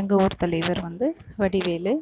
எங்கள் ஊர் தலைவர் வந்து வடிவேலு